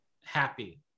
happy